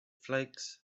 flakes